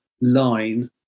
line